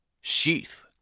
sheath